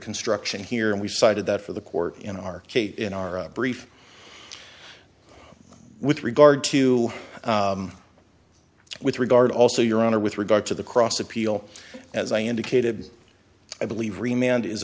construction here and we cited that for the court in our case in our brief with regard to with regard also your honor with regard to the cross appeal as i indicated i believe